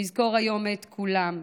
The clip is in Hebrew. נזכור היום את כולם.